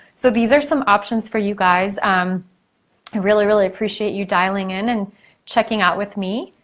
so these are some options for you guys. um i really, really appreciate you dialing in and checking out with me,